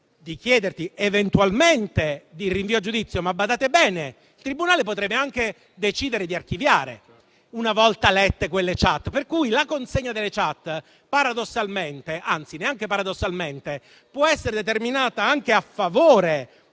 chiedendo eventualmente il rinvio a giudizio. Badate bene, però, che il tribunale potrebbe anche decidere l'archiviazione, una volta lette quelle *chat*. La consegna delle *chat* paradossalmente - anzi, neanche paradossalmente - può essere determinata anche a favore